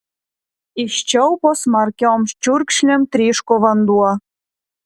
iš čiaupo smarkiom čiurkšlėm tryško vanduo